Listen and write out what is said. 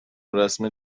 رسم